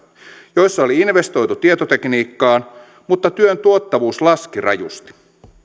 joissa oli investoitu tietotekniikkaan mutta työn tuottavuus laski rajusti